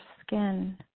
skin